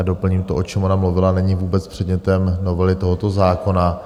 Doplním, že to, o čem ona mluvila, není vůbec předmětem novely tohoto zákona.